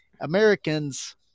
Americans –